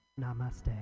Namaste